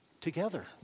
together